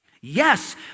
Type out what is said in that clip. Yes